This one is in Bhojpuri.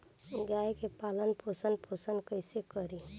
गाय के पालन पोषण पोषण कैसे करी?